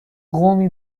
قومی